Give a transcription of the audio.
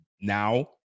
now